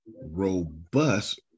robust